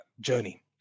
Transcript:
journey